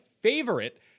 favorite